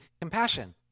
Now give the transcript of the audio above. compassion